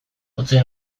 utzi